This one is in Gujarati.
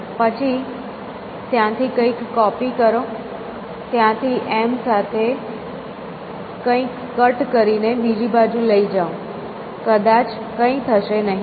અને પછી ત્યાંથી કંઈક કોપી કરો ત્યાંથી M સાથે જ કંઈક કટ કરીને બીજી બાજુ લઈ જાઓ કદાચ કંઈ થશે નહીં